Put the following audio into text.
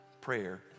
prayer